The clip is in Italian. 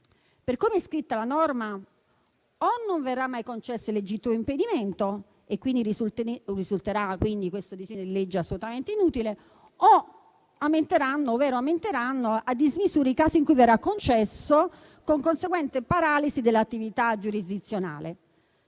Per come è scritta la norma, o non verrà mai concesso il legittimo impedimento e quindi questo disegno di legge risulterà assolutamente inutile, oppure aumenteranno a dismisura i casi in cui verrà concesso, con conseguente paralisi dell'attività giurisdizionale.